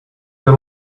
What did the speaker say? get